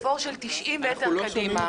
של 90 מטר קדימה.